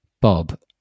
Bob